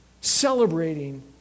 celebrating